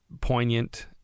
poignant